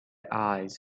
eyes